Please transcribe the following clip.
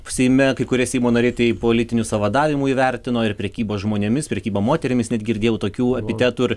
seime kai kurie seimo nariai tai politiniu sąvadavimu įvertino ir prekybos žmonėmis prekyba moterimis net girdėjau tokių epitetų ir